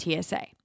TSA